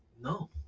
No